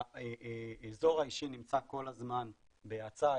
האזור האישי נמצא כל הזמן בהאצה,